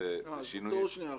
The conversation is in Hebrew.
תעצור שנייה אחת.